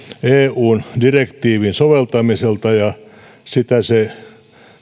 eun direktiivin soveltamiselta ja sitä se